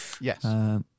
Yes